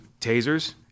tasers